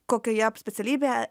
kokioje specialybėje